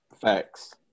Facts